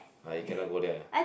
ah you cannot go there ah